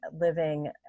living